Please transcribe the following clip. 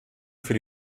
für